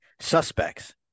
suspects